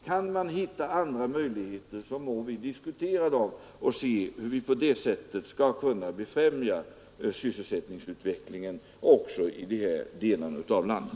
Kan man hitta andra möjligheter må vi diskutera dem och se, hur vi på det sättet skall kunna främja sysselsättningsutvecklingen också i dessa delar av landet.